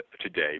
today